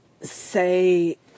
say